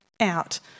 out